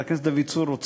חבר הכנסת דוד צור,